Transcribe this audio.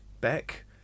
Beck